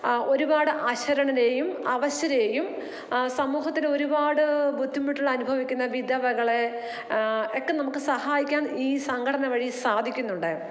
ഒരുപാട് അശരണരേയും അവശരേയും സമൂഹത്തിനൊരുപാട് ബുദ്ധിമുട്ടുകളനുഭവിക്കുന്ന വിധവകൾ ഒക്കെ നമുക്ക് സഹായിക്കാൻ ഈ സംഘടന വഴി സാധിക്കുന്നുണ്ട്